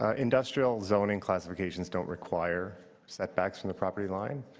ah industrial zoning classifications don't require setbacks from the property line.